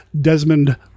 Desmond